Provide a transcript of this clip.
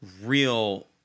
real